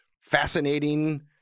Fascinating